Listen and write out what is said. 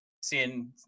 seeing